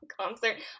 concert